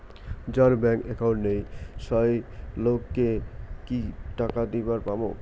যার bank account নাই সেই লোক কে ও কি টাকা দিবার পামু?